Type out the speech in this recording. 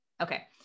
okay